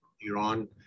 Iran